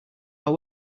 are